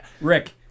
Rick